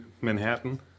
Manhattan